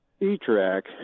E-track